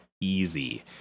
easy